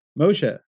Moshe